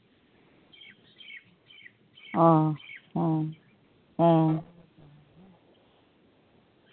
ᱚ ᱦᱮᱸ ᱦᱮᱸ